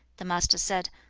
the master said,